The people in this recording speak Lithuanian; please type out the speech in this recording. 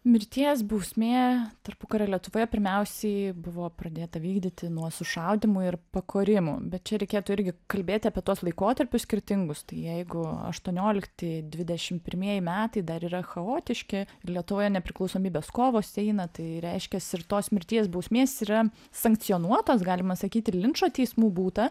mirties bausmė tarpukario lietuvoje pirmiausiai buvo pradėta vykdyti nuo sušaudymų ir pakorimų bet čia reikėtų irgi kalbėti apie tuos laikotarpius skirtingus tai jeigu aštuoniolikti dvidešim pirmieji metai dar yra chaotiški lietuvoje nepriklausomybės kovos eina tai reiškias ir tos mirties bausmės yra sankcionuotos galima sakyt ir linčo teismų būta